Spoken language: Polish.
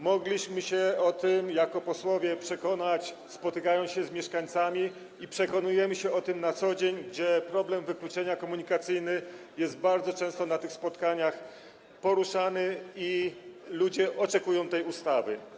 Mogliśmy się o tym jako posłowie przekonać, spotykając się z mieszkańcami, i przekonujemy się o tym na co dzień - problem wykluczenia komunikacyjnego jest bardzo często na tych spotkaniach poruszany i ludzie oczekują tej ustawy.